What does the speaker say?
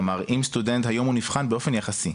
כלומר סטודנט נבחן היום באופן יחסי.